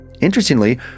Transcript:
Interestingly